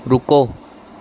رکو